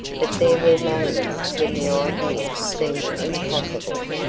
but there were moments when the idea seemed impossible.